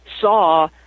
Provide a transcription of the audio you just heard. saw